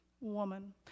Woman